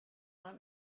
let